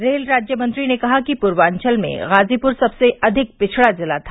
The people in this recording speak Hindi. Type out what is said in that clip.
रेल राज्यमंत्री ने कहा पूर्वांचल में गाजीपुर सबसे अधिक पिछड़ा जिला था